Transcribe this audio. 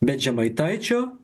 bet žemaitaičio